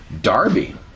Darby